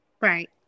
Right